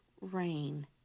rain